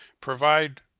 provide